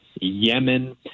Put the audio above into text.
Yemen